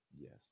Yes